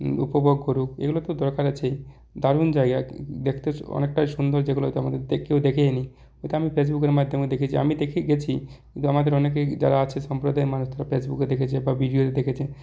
উপভোগ করুক এগুলো তো দরকার আছেই দারুন জায়গা দেখতে অনেকটাই সুন্দর যেগুলো হয়তো আমাদের দেখেও দেখেনি ওটা আমি ফেসবুকের মাধ্যমে দেখেছি আমি দেখে গেছি কিন্তু আমাদের অনেকেই যারা আছে সম্প্রদায়ের মানুষ তারা ফেসবুকে দেখেছে বা ভিডিয়োয় দেখেছে